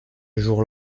jour